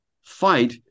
fight